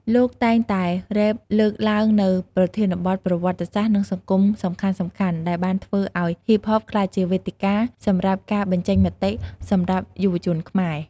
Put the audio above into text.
លោកតែងតែរេបលើកឡើងនូវប្រធានបទប្រវត្តិសាស្ត្រ និងសង្គមសំខាន់ៗ ដែលបានធ្វើឱ្យហ៊ីបហបក្លាយជាវេទិកាសម្រាប់ការបញ្ចេញមតិសម្រាប់យុវជនខ្មែរ។